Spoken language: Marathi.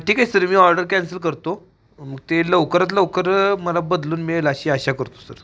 ठीक आहे सर मी ऑर्डर कॅन्सल करतो मग ते लवकरात लवकर मला बदलून मिळेल अशी आशा करतो सर